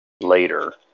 later